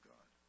God